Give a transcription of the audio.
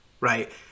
right